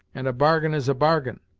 and a bargain is a bargain,